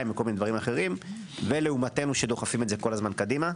ודברים אחרים ולעומתנו שדוחפים את זה כל הזמן קדימה.